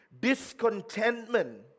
Discontentment